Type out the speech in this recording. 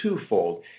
twofold